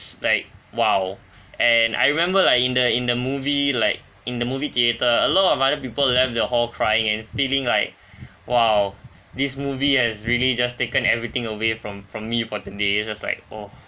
like !wow! and I remember like in the in the movie like in the movie theater a lot of other people left the hall crying and feeling like !wow! this movie has really just taken everything away from from me for the day just like oh